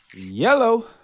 Yellow